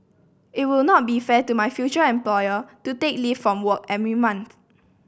it will not be fair to my future employer to take leave from work every month